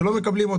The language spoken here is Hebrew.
לא מקבלים.